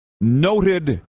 noted